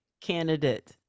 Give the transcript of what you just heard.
candidate